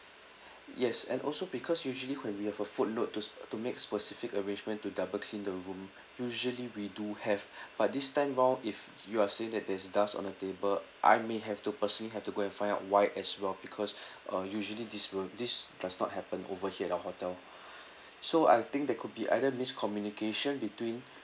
yes and also because usually when we have a footnote to sp~ to make specific arrangement to double clean the room usually we do have but this time around if you are saying that there's dust on the table I may have to personally have to go and find out why as well because uh usually this will this does not happen over here at our hotel so I think there could be either miscommunication between